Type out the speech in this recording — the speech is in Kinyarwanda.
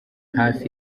hafi